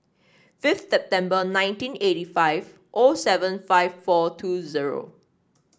fifth September nineteen eighty five O seven five four two zero